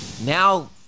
Now